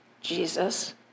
Jesus